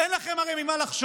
הרי אין לכם ממה לחשוש,